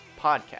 Podcast